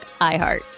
iHeart